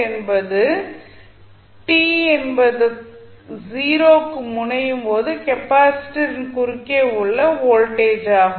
என்பது t என்பது 0 க்கு முனையும் போது கெப்பாசிட்டரின் குறுக்கே உள்ள வோல்டேஜ் ஆகும்